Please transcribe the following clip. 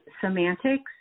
semantics